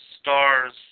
stars